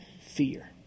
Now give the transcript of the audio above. fear